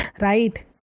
Right